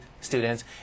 students